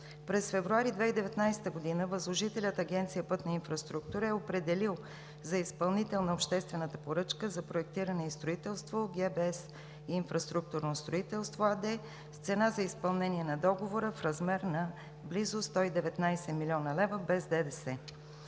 месец февруари 2019 г. възложителят Агенция „Пътна инфраструктура“ е определил за изпълнител на обществената поръчка за проектиране и строителство „ГБС Инфраструктурно строителство“ АД с цена за изпълнение на договора в размер на близо 119 млн. лв. без ДДС.